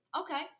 Okay